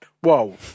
Whoa